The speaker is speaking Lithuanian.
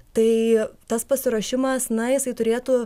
tai tas pasiruošimas na jisai turėtų